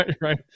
right